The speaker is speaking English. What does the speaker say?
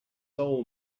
soul